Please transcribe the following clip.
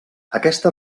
aquesta